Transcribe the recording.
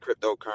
Cryptocurrency